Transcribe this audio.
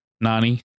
Nani